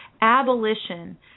abolition